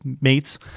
mates